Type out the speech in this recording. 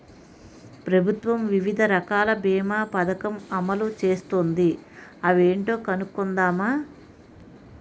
ప్రభుత్వం వివిధ రకాల బీమా పదకం అమలు చేస్తోంది అవేంటో కనుక్కుందామా?